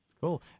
Cool